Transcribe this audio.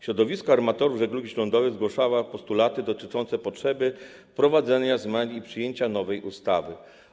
Środowisko armatorów żeglugi śródlądowej zgłaszało postulaty dotyczące potrzeby wprowadzenia zmian i przyjęcia nowej ustawy.